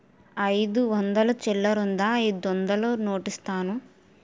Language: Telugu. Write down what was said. అయిదు వందలు చిల్లరుందా అయిదొందలు నోటిస్తాను?